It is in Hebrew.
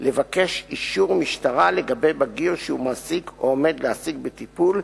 לבקש אישור משטרה לגבי בגיר שהוא מעסיק או עומד להעסיק בטיפול,